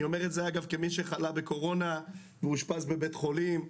אני אומר את זה כמי שחלה בקורונה ואושפז בבית חולים.